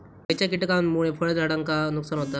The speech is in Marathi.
खयच्या किटकांमुळे फळझाडांचा नुकसान होता?